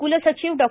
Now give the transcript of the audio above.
कुलसचिव डॉ